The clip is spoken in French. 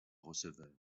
receveur